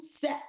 set